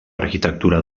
arquitectura